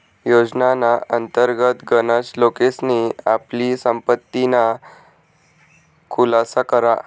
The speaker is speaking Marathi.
योजनाना अंतर्गत गनच लोकेसनी आपली संपत्तीना खुलासा करा